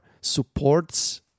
supports